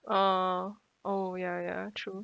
oh oh ya ya true